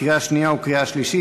קריאה שנייה וקריאה שלישית.